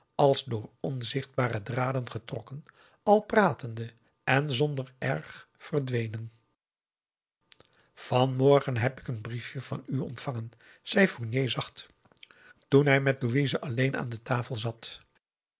als door onzichtbare draden getrokken al pratende en zonder erg verdwenen van morgen heb ik een briefje van u ontvangen zei fournier zacht toen hij met louise alleen aan de tafel zat